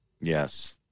Yes